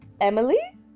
Emily